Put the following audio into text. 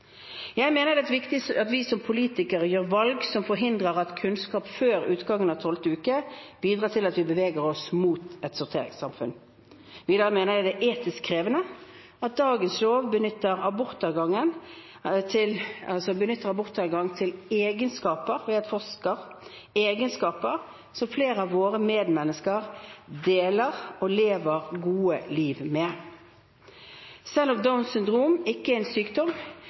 Jeg mener det er viktig at vi som politikere gjør valg som forhindrer at kunnskap før utgangen av tolvte uke bidrar til at vi beveger oss mot et sorteringssamfunn. Videre mener jeg det er etisk krevende at dagens lov knytter abortadgangen til egenskaper ved et foster – egenskaper som flere av våre medmennesker deler og lever et godt liv med. Selv om Downs syndrom ikke er en sykdom,